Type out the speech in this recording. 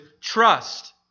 trust